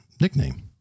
nickname